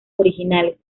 originales